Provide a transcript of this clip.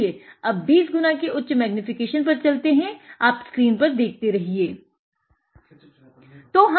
चलिए अब 20x के उच्च मैग्नीफीकेशन पर चलते हैं आप स्क्रीन पर देखते रहिये